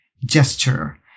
gesture